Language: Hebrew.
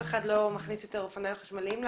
אף אחד לא מכניס יותר אופניים חשמליים לארץ.